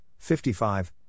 55